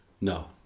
No